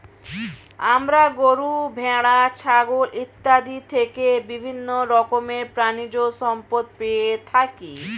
আমরা গরু, ভেড়া, ছাগল ইত্যাদি থেকে বিভিন্ন রকমের প্রাণীজ সম্পদ পেয়ে থাকি